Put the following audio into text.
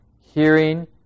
Hearing